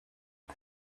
ihr